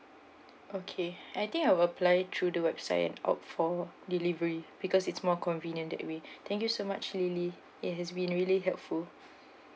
okay I think I will apply through the website and opt for delivery because it's more convenient that way thank you so much lily it has been really helpful